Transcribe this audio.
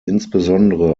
insbesondere